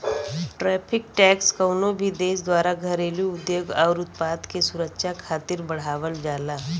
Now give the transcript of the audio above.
tariff tax कउनो भी देश द्वारा घरेलू उद्योग आउर उत्पाद के सुरक्षा खातिर बढ़ावल जाला